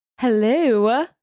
Hello